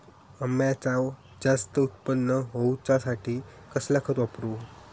अम्याचा जास्त उत्पन्न होवचासाठी कसला खत वापरू?